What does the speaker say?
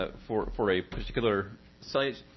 ah for for a particular site.